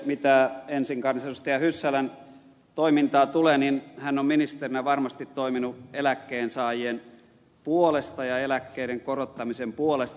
mitä ensin kansanedustaja hyssälän toimintaan tulee niin hän on ministerinä varmasti toiminut eläkkeensaajien puolesta ja eläkkeiden korottamisen puolesta